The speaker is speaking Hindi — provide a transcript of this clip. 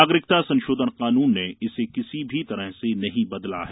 नागरिकता संशोधन कानून ने इसे किसी भी तरह से नहीं बदला है